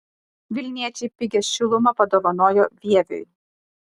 vilniečiai pigią šilumą padovanojo vieviui